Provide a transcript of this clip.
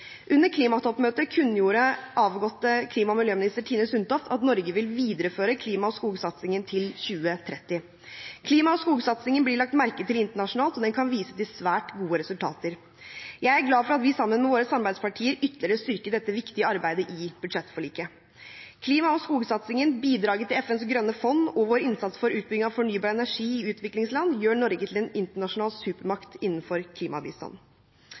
Under klimatoppmøtet kunngjorde avgått klima- og miljøminister Tine Sundtoft at Norge vil videreføre klima- og skogsatsingen til 2030. Klima- og skogsatsingen blir lagt merke til internasjonalt, og den kan vise til svært gode resultater. Jeg er glad for at vi sammen med våre samarbeidspartier ytterligere styrket dette viktige arbeidet i budsjettforliket. Klima- og skogsatsingen, bidraget til FNs grønne fond og vår innsats for utbygging av fornybar energi i utviklingsland gjør Norge til en internasjonal supermakt innenfor